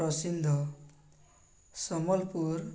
ପ୍ରସିନ୍ଧ Sambalpur